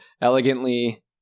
Elegantly